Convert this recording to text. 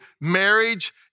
marriage